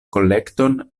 kolekton